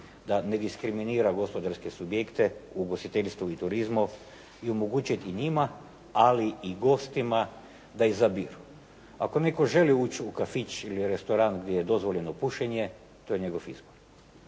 da ne diskriminira gospodarske subjekte u ugostiteljstvu i turizmu i omogućiti njima, ali i gostima da izabiru. Ako netko želi ući u kafić ili restoran gdje je dozvoljeno pušenje, to je njegov izbor.